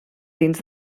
dins